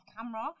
camera